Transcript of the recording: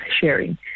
sharing